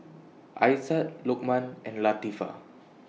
Aizat Lokman and Latifa